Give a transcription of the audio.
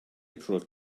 april